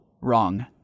wrong